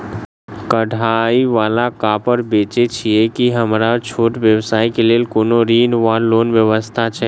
कढ़ाई वला कापड़ बेचै छीयै की हमरा छोट व्यवसाय केँ लेल कोनो ऋण वा लोन व्यवस्था छै?